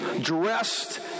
dressed